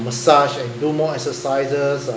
massage and do more exercises uh